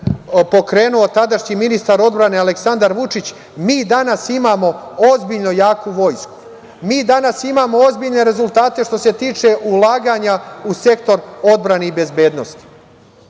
pokrenuo tadašnji ministar odbrane Aleksandar Vučić, mi danas imamo ozbiljno jaku vojsku. Mi danas imamo ozbiljne rezultate što se tiče ulaganja u Sektor odbrane i bezbednosti. Želim